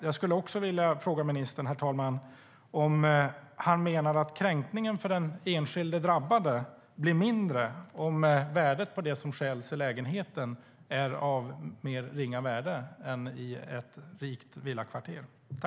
Jag skulle också vilja fråga ministern om han menar att kränkningen för den enskilde drabbade blir mindre om värdet på det som stjäls i lägenheten är av mer ringa värde än i ett rikt villakvarter.